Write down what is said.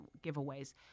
giveaways